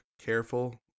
careful